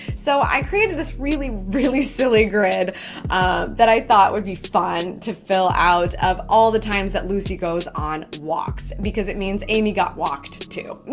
so i created this really, really silly grid that i thought would be fun to fill out of all the times that lucy goes on walks because it means amy got walked, too,